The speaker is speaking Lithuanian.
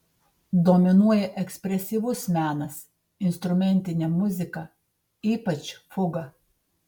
dominuoja ekspresyvus menas instrumentinė muzika ypač fuga